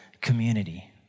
community